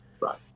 Right